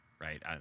right